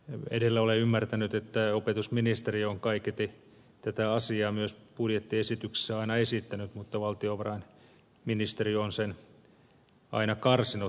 edelleen olen ymmärtänyt että opetusministeriö on kaiketi tätä asiaa myös budjettiesityksessä aina esittänyt mutta valtiovarainministeriö on sen aina karsinut